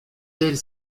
ailes